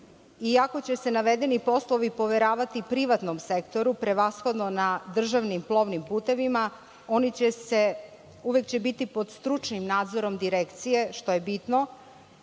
Iako će se navedeni poslovi poveravati privatnom sektoru, prevashodno na državnim plovnim putevima, oni će uvek biti pod stručnim nadzorom Direkcije, što je